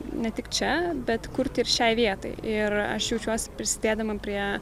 ne tik čia bet kurti ir šiai vietai ir aš jaučiuos prisidėdama prie